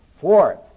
Fourth